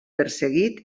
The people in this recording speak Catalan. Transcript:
perseguit